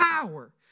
power